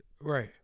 Right